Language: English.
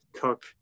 cook